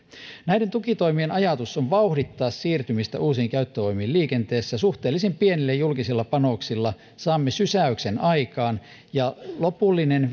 näiden tukitoimien ajatus on vauhdittaa siirtymistä uusiin käyttövoimiin liikenteessä suhteellisen pienillä julkisilla panoksilla saamme sysäyksen aikaan ja lopullinen